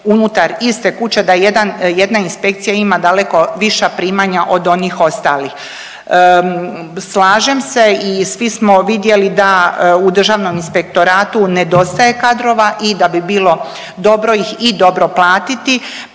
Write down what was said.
unutar iste kuće da jedna inspekcija ima daleko viša primanja od onih ostalih. Slažem se i svi smo vidjeli da u Državnom inspektoratu nedostaje kadrova i da bi bilo dobro ih i dobro platiti,